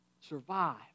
survive